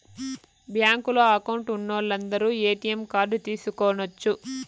బ్యాంకులో అకౌంట్ ఉన్నోలందరు ATM card తీసుకొనచ్చు